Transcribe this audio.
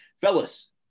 Fellas